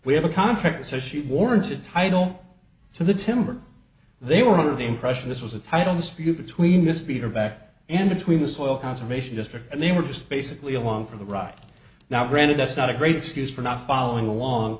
we have a contract so she warrants a title to the timber they were under the impression this was a title dispute between this beater back and between the soil conservation district and they were just basically along for the ride now granted that's not a great excuse for not following along